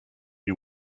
you